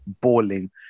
Balling